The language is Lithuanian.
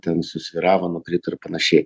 ten susvyravo nukrito ir panašiai